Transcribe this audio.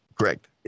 Correct